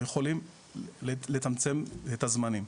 יכולים לצמצם את הזמנים.